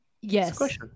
Yes